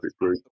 group